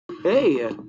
Hey